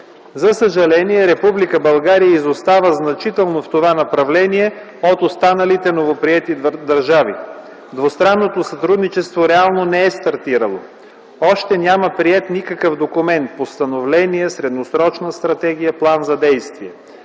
За съжаление, Република България изостава значително в това направление от останалите новоприети държави. Двустранното сътрудничество реално не е стартирало. Още няма приет никакъв документ, постановление, средносрочна стратегия, план за действие.